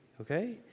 okay